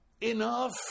enough